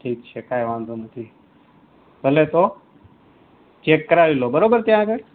ઠીક છે કાંઈ વાંધો નથી ભલે તો ચેક કરાવી લો બરોબર ત્યાં આગળ